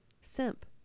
Simp